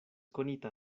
konita